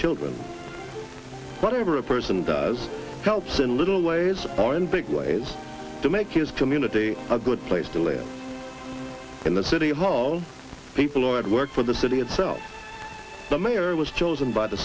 children whatever a person does helps in little ways or in big ways to make his community a good place to live in the city hall people at work for the city itself the mayor was chosen by the